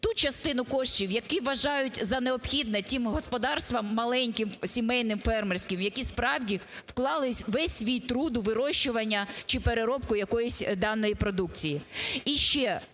ту частину коштів, які вважають за необхідне тим господарствам маленьким сімейним, фермерським, які, справді, вклали весь свій труд у вирощування чи переробку якоїсь даної продукції.